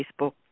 Facebook